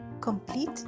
Complete